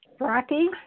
Rocky